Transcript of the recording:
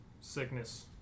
sickness